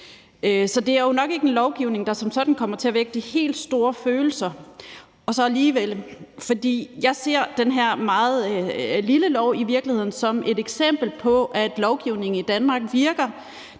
så det er jo nok ikke en lovgivning, der som sådan kommer til at vække de helt store følelser. Og så alligevel, for jeg ser i virkeligheden det her meget lille lovforslag som et eksempel på, at lovgivningen i Danmark virker.